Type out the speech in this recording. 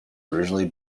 originally